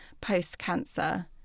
post-cancer